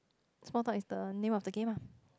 small talk is the name of the game ah